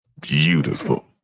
Beautiful